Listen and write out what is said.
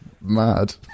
mad